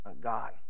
God